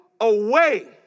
away